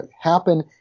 happen